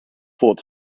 thought